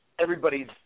everybody's